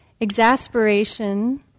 exasperation